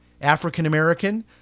African-American